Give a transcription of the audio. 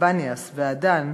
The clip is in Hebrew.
והבניאס והדן,